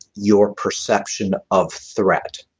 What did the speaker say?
your perception of threat.